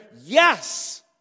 yes